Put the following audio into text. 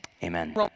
Amen